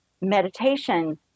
meditation